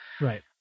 right